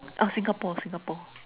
ah Singapore Singapore